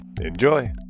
Enjoy